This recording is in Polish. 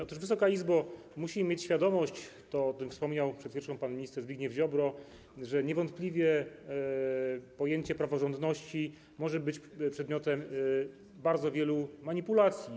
Otóż, Wysoka Izbo, musimy mieć świadomość - o tym wspomniał przed chwilą pan minister Zbigniew Ziobro - że niewątpliwie pojęcie praworządności może być przedmiotem bardzo wielu manipulacji.